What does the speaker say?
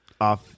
off